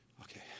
Okay